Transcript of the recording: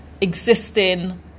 existing